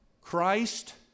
Christ